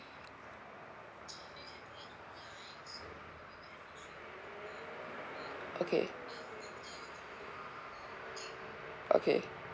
okay okay